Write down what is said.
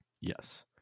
Yes